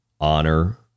honor